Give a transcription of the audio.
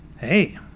hey